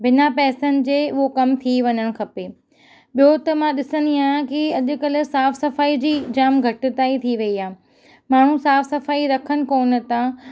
बिना पैसनि जे उहो कमु थी वञणु खपे ॿियो त मां ॾिसंदी आहियां की अॼुकल्ह साफ़ु सफ़ाई जी जामु घटिताई थी वई आहे माण्हू साफ़ु सफ़ाई रखनि कोन था